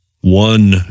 one